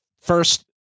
First